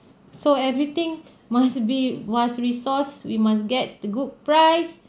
so everything must be must resource we must get the good price